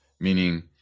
meaning